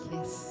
Yes